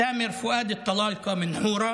סאמר פואד אל-טלאלקה מחורה,